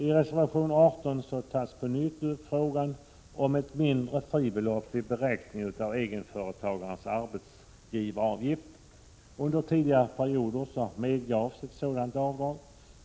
I reservation 18 tas på nytt upp frågan om ett mindre fribelopp vid beräkning av egenföretagares arbetsgivaravgift. Under en tidigare period medgavs ett sådant avdrag.